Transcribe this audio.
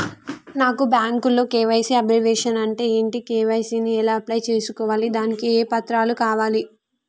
నాకు బ్యాంకులో KYC abbreviation అంటే ఏంటి కే.వై.సీ ని ఎలా అప్లై చేసుకోవాలి దానికి ఏ పత్రాలు కావాలి?